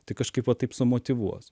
tai kažkaip va taip sumotyvuos